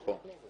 נכון.